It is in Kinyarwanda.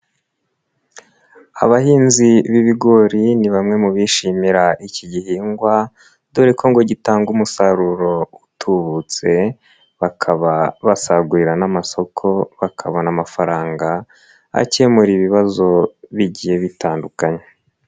Abahinzi b'ibigori ni bamwe mu bishimira iki gihingwa, dore ko ngo gitanga umusaruro utubutse, bakaba basagurira n'amasoko bakabona amafaranga, akemura ibibazo bigiye bitandukanye.